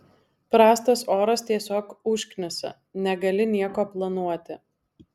prastas oras tiesiog užknisa negali nieko planuoti